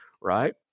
Right